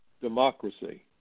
democracy